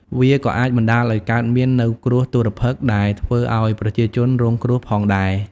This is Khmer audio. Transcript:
វាក៏អាចបណ្តាលឱ្យកើតមាននូវគ្រោះទុរ្ភិក្សដែលធ្វើឱ្យប្រជាជនរងគ្រោះផងដែរ។